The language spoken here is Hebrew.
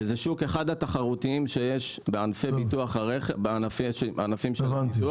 וזה שוק שהוא אחד התחרותיים שיש בענפים של הביטוח.